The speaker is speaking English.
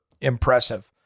impressive